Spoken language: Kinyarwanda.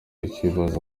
ukibaza